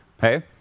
Hey